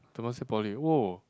Temasek Poly whoa